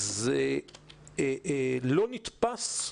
זה לא נתפס,